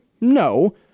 No